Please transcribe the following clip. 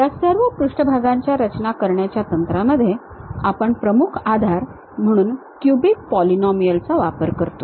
या सर्व पृष्ठभागाच्या रचना करण्याच्या तंत्रांमध्ये आपण प्रमुख आधार म्हणून क्युबिक पॉलीनॉमीअल वापरतो